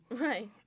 Right